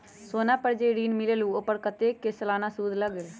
सोना पर जे ऋन मिलेलु ओपर कतेक के सालाना सुद लगेल?